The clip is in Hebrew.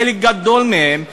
חלק גדול מהם,